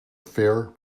fair